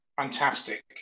fantastic